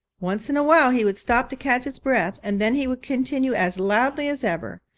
once in a while he would stop to catch his breath and then he would continue as loudly as ever.